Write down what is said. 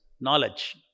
knowledge